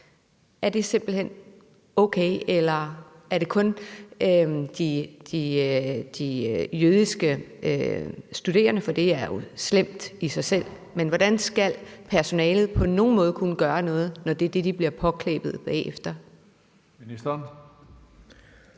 Er det simpelt hen okay, eller er det kun de jødiske studerende? For det er jo slemt i sig selv, men hvordan skal personalet på nogen måde kunne gøre noget, når det er det, de bliver påklæbet bagefter? Kl.